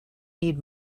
need